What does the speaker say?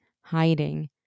hiding